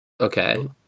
Okay